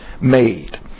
made